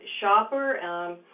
shopper